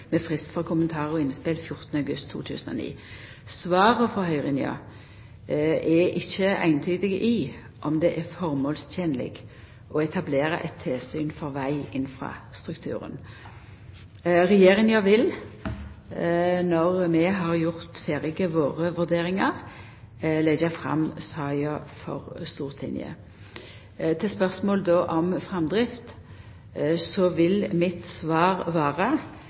med frist for kommentarar og innspel 14. august 2009. Svara frå høyringa er ikkje eintydige med tanke på om det er føremålstenleg å etablera eit tilsyn for veginfrastrukturen. Regjeringa vil, når vi har gjort ferdig våre vurderingar, leggja saka fram for Stortinget. På spørsmålet om framdrift vil mitt svar